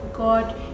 God